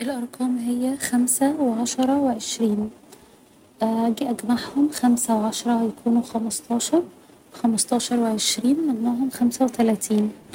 الأرقام هي خمسة و عشرة و عشرين اجي اجمعهم خمسة و عشرة هيكونوا خمستاشر خمستاشر و عشرين مجموعهم خمسة و تلاتين